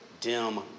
dim